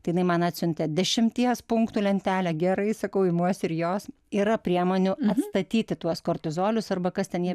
tai jinai man atsiuntė dešimties punktų lentelę gerai sakau imuosi ir jos yra priemonių atstatyti tuos kortizolius arba kas ten jie